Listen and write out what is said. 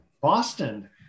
Boston